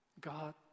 God